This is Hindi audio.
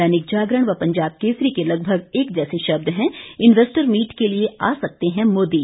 दैनिक जागरण व पंजाब केसरी के लगभग एक जैसे शब्द हैं इन्वेस्टर मीट के लिए आ सकते हैं मोदी